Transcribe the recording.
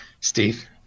steve